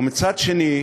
ומצד שני,